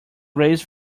raised